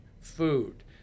food